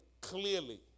clearly